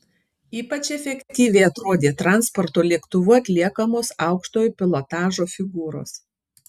ypač efektyviai atrodė transporto lėktuvu atliekamos aukštojo pilotažo figūros